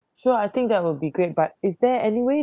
sure I think that will be great but is there any way